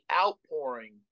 outpouring